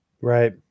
Right